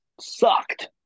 sucked